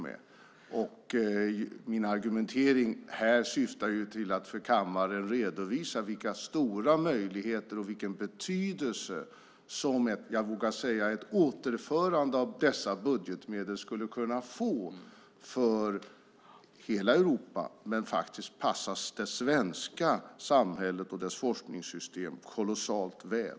Min argumentation här syftar till att för kammaren redovisa vilka stora möjligheter och vilken betydelse som, vågar jag säga, ett återförande av dessa budgetmedel skulle kunna innebära för hela Europa; det skulle faktiskt passa det svenska samhället och dess forskningssystem kolossalt väl.